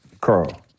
Carl